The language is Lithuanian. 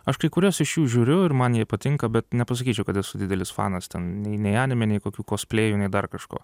aš kai kurias iš jų žiūriu ir man jie patinka bet nepasakyčiau kad esu didelis fanas ten nei nei animėj nei kokių kosplėjų nei dar kažko